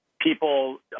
people